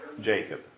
Jacob